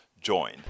join